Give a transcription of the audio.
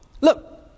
look